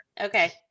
Okay